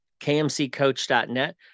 kmccoach.net